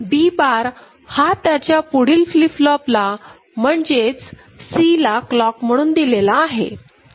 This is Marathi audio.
B बार हा त्याच्या पुढील फ्लिप फ्लॉपला म्हणजेच C ला क्लॉक म्हणून दिलेला आहे